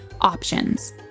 options